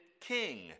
king